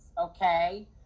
okay